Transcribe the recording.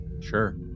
Sure